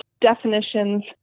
definitions